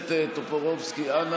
הכנסת טופורובסקי, אנא.